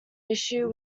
issue